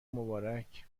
مبارک